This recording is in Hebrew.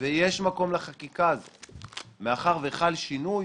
ויש מקום לחקיקה הזאת מאחר שחל שינוי